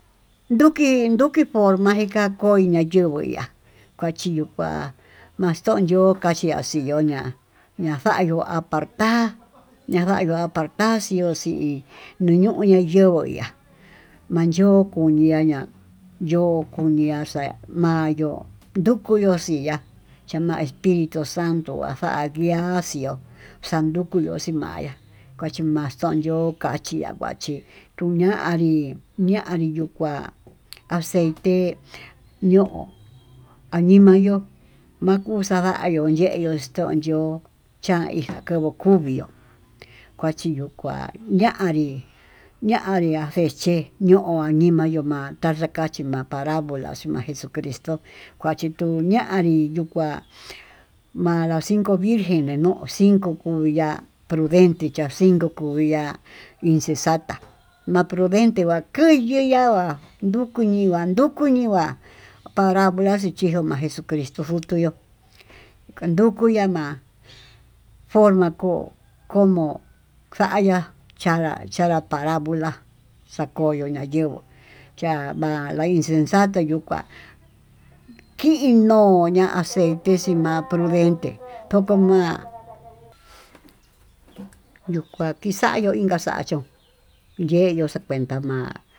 Nduki nduki forma deka koinyá na yenguu ya'á, achiyuu kuá maxo'oyo maxondió kaxi'a xiyioña'a ña'a xayo'ó apartár na'a yandió apartar xioxí nii yuu nayenguó ihá maya'ó kunia ña'a yokuniaxa mayo ndukuyoxi ya'á, chama espiritu santó ha xanguiá xió xandukuu yo'ó ximayá kuaxhi maxondió kaxhiya'a kua chí tuu ña'a anrí anrí tuna anrí yuu kuá aceite ño'o anima yo'ó makuxayadió yeyó estoyió chaiin kovo'o kuu vió, kuchiyukua yanrí ñanre axeche ño'ó anima yo'ó ma'a tenré kachima'a parabola xuu ma'á jesucristo kuchí tuu ñanrí kuá ma'a las cinco virgen nenuu ho cinco kui ya'á venchí ta'a cinco kuii ya'á insesata ma'a prudente makuyiyá kuá yukuu ñiguá yukuuñi'í parabola ch+i kixo'o ma'a jesuscristó futuyuu nrukuya'á ma'á, forma ko'o comó xa'aya xaya parabola xakoyo'o nayunguó cha'a ma'a la insecsató yuu kuá, kii no'o ya'á aceiti xii ma'a prudenté ndo'ó comá quixayuu inka'a xa'a chón yeyí xakuenta ma'á.